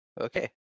Okay